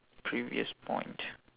previous point